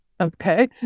Okay